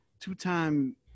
two-time